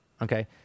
okay